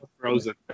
frozen